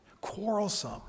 Quarrelsome